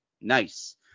Nice